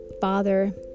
father